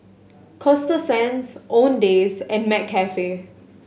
Coasta Sands Owndays and McCafe